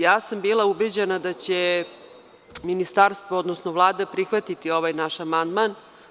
Ja sam bila ubeđena da će Ministarstvo odnosno Vlada prihvatiti ovaj naš amandman.